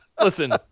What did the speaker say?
listen